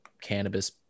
cannabis